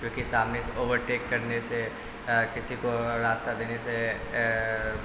جوکہ سامنے سے اوورٹیک کرنے سے کسی کو راستہ دینے سے